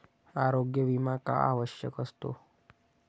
आरोग्य विमा का आवश्यक असतो?